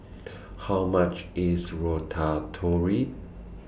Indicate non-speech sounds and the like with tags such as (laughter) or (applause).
How much IS (unintelligible)